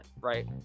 Right